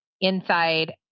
inside